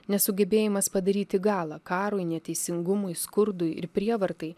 nesugebėjimas padaryti galą karui neteisingumui skurdui ir prievartai